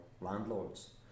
landlords